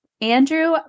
Andrew